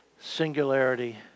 singularity